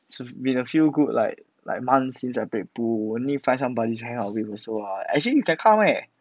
is a been a few good like like months since I play pool only find some buddy 还好会 also lah actually you can come eh